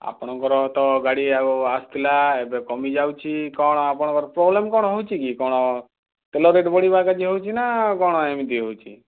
ଆପଣଙ୍କର ତ ଗାଡ଼ି ଆଉ ଆସୁଥିଲା ଏବେ କମିଯାଉଛି କ'ଣ ଆପଣଙ୍କର ପ୍ରୋବ୍ଲେମ୍ କ'ଣ ହେଉଛି କି କ'ଣ ତେଲ ରେଟ୍ ବଢ଼ିବା କାଜି ହେଉଛି ନା କ'ଣ ଏମିତି ହେଉଛି